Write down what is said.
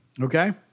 Okay